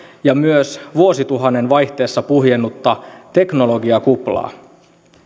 ja myös vuosituhannen vaihteessa puhjennutta teknologiakuplaa